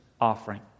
offering